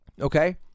okay